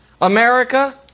America